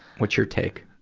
what's your take?